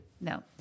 No